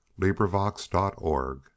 LibriVox.org